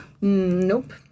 Nope